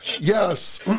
Yes